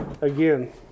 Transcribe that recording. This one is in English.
again